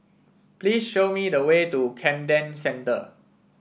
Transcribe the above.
please show me the way to Camden Centre